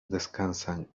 descansan